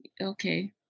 okay